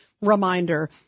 reminder